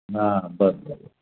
हां बरोबर आहे